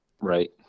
right